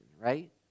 right